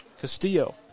Castillo